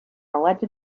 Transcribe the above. alleged